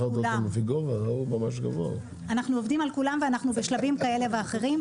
אנחנו עובדים על כולם ואנחנו בשלבים כאלה ואחרים.